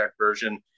version